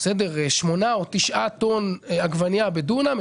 שמונה או תשעה טון עגבנייה בדונם,